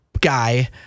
guy